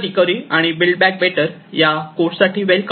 recovery आणि build back better या कोर्ससाठी वेलकम